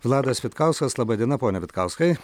vladas vitkauskas laba diena pone vitkauskai